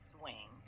swing